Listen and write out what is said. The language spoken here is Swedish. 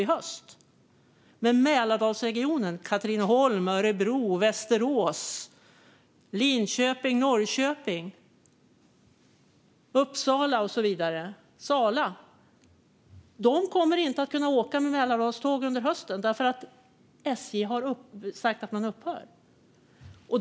Men människor i Mälardalsregionen - Katrineholm, Örebro, Västerås, Linköping, Norrköping, Uppsala, Sala och så vidare - kommer inte att kunna åka med Mälardalstrafik under hösten eftersom SJ har sagt att man upphör med trafiken. Herr ålderspresident!